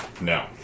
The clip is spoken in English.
No